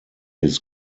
his